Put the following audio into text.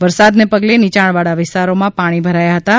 વરસાદને પગલે નીંચાણવાળા વિસ્તરોમાં પાણી ભરાઈ ગયા હતાં